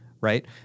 right